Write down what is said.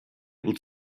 able